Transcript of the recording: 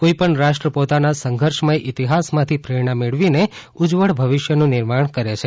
કોઈ પણ રાષ્ટ્ર પોતાના સંઘર્ષમય ઈતિહાસમાંથી પ્રેરણા મેળવીને ઉજ્જવળ ભવિષ્યનું નિર્માણ કરે છે